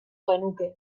genuke